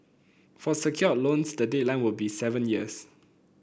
for secured loans the deadline will be seven years